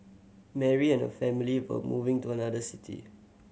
Mary and her family were moving to another city